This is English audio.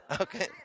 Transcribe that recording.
Okay